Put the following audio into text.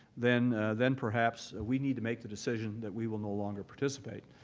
then then perhaps we need to make the decision that we will no longer participate.